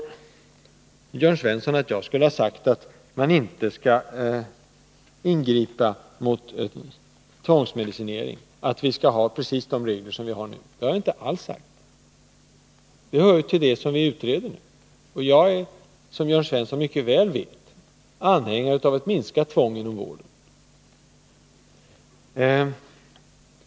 Sedan påstod Jörn Svensson att jag skulle ha sagt att man inte skall ingripa mot tvångsmedicinering, utan att man skall ha just de regler som vi nu har. Det har jag inte alls sagt. Detta hör ju till det som vi utreder f. n. Jag är, som Jörn Svensson mycket väl vet, anhängare av en minskning av tvånget inom vården.